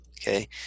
Okay